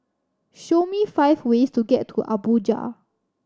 show me five ways to get to Abuja